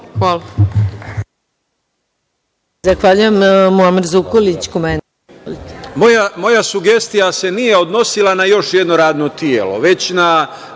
Hvala.